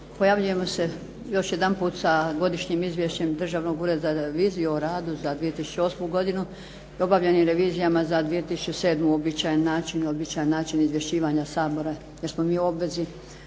pojavljujemo se još jedanput sa Godišnjim izvješćem Državnog ureda za reviziju o radu za 2008. godinu i obavljenim revizijama za 2007. Uobičajen način, uobičajen način izvješćivanja Sabora, jer smo mi u obvezi